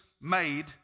made